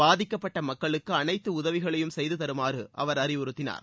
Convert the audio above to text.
பாதிக்கப்பட்ட மக்களுக்கு அனைத்து உதவிகளையும் செய்து தருமாறு அவர் அறிவுறுத்தினார்